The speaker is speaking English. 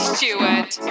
Stewart